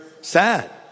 sad